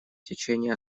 течение